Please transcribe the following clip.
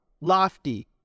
lofty